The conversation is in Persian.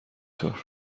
طور